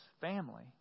family